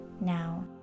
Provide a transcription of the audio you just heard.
now